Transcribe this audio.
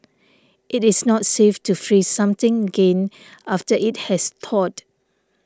it is not safe to freeze something again after it has thawed